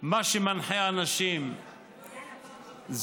מה שמנחה אנשים זה